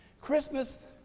Christmas